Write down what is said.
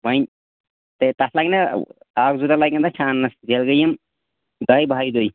وۄنۍ تہٕ تَتھ لگہِ نا اَکھ زٕ دۄہ لَگن تَتھ چھانس تیٚلہِ گٔے یِم دَہہِ بَہہِ دۄہۍ